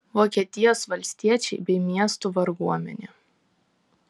vokietijos valstiečiai bei miestų varguomenė